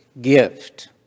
gift